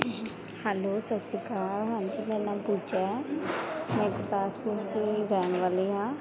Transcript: hello ਸਤਿ ਸ਼੍ਰੀ ਅਕਾਲ ਹਾਂਜੀ ਮੇਰਾ ਨਾਂ ਪੂਜਾ ਹੈ ਮੈਂ ਗੁਰਦਾਸਪੁਰ ਦੀ ਰਹਿਣ ਵਾਲੀ ਹਾਂ